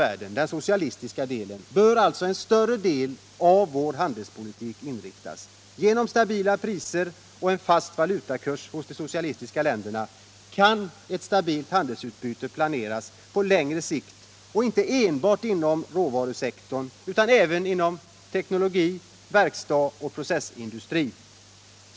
Mot den socialistiska delen av världen bör en större del av vår handelspolitik inriktas. Genom stabila priser och en fast valutakurs hos de socialistiska länderna kan ett stabilt handelsutbyte planeras på längre sikt, inte enbart inom råvarusektorn utan även på det teknologiska området, inom verkstadsoch processindustrin.